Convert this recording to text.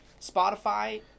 Spotify